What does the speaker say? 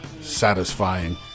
satisfying